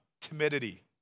timidity